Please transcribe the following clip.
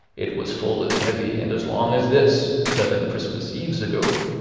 it was full as heavy and as long as this, seven christmas eves ago.